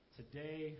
today